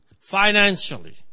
financially